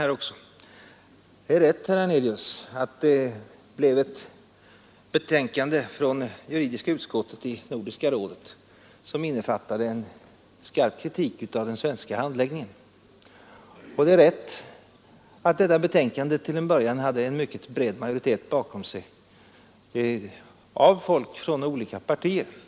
Det är riktigt, herr Hernelius, att betänkandet från juridiska utskottet i Nordiska rådet innefattade skarp kritik av den svenska handläggningen. Det är också riktigt att detta betänkande till en början hade en mycket bred majoritet av folk från olika partier bakom sig.